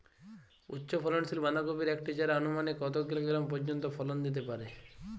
উচ্চ ফলনশীল বাঁধাকপির একটি চারা আনুমানিক কত কিলোগ্রাম পর্যন্ত ফলন দিতে পারে?